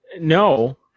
No